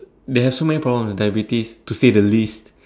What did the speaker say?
they have so many problems diabetes to say the least